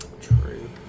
True